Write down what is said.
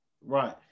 Right